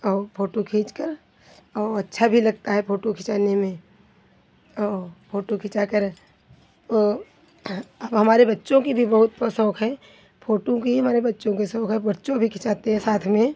और फोटू खींचकर और अच्छा भी लगता है फोटू खिंचाने में और फोटू खिंचाकर ओ हमारे बच्चों की भी बहुत वह शौक है फोटू की ही हमारे बच्चों के शौक है बच्चों भी खिंचाते हैं साथ में